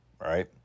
right